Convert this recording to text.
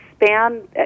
expand